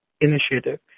initiative